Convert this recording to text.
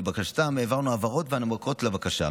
לבקשתם העברנו הבהרות והנמקות לבקשה.